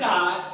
God